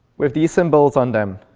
with these symbols on them.